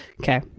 Okay